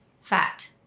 fat